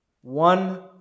One